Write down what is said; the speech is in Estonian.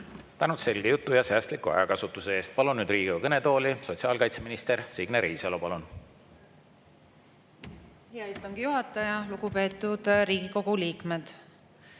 Tänu selge jutu ja säästliku ajakasutuse eest! Palun nüüd Riigikogu kõnetooli sotsiaalkaitseminister Signe Riisalo. Palun! Hea istungi juhataja! Lugupeetud Riigikogu liikmed!